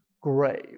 grave